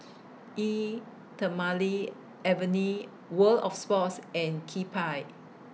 Eau Thermale Avene World of Sports and Kewpie